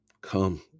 come